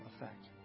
effect